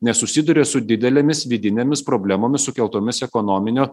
nes susiduria su didelėmis vidinėmis problemomis sukeltomis ekonominio